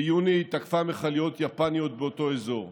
ביוני היא תקפה מכליות יפניות באותו אזור,